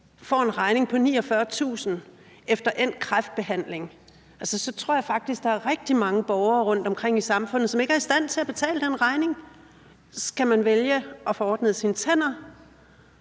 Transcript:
fået en regning på 49.000 kr. efter endt kræftbehandling. Jeg tror faktisk, der er rigtig mange borgere rundtomkring i samfundet, som ikke er i stand til at betale den regning. Skal man vælge at få ordnet sine tænder,